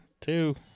two